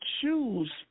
choose